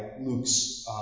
Luke's